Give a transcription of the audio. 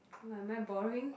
oh am I boring